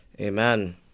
Amen